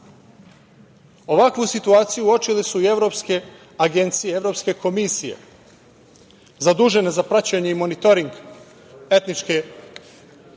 Ovakvu situaciju uočile su i evropske agencije, evropske komisije zadužene za praćenje i monitoring etničke diskriminacije,